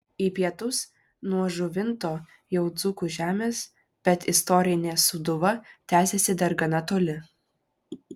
į pietus nuo žuvinto jau dzūkų žemės bet istorinė sūduva tęsiasi dar gana toli